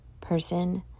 person